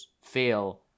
fail